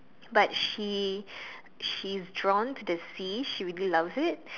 but she she's drawn to the sea she really loves it